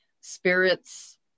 spirits